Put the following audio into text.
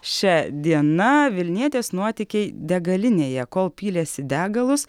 šia diena vilnietės nuotykiai degalinėje kol pylėsi degalus